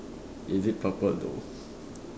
is it purple though